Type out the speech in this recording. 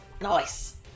Nice